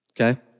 okay